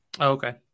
Okay